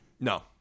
No